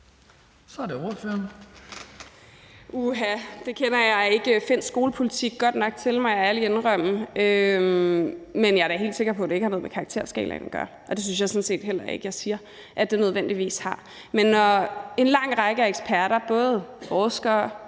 Astrid Carøe (SF): Uha, det kender jeg ikke finsk skolepolitik godt nok til at svare på, må jeg ærligt indrømme. Men jeg er da helt sikker på, at det ikke har noget med karakterskalaen at gøre. Det synes jeg sådan set heller ikke jeg siger at det nødvendigvis har. Men når en lang række af eksperter, forskere,